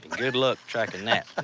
good luck tracking that.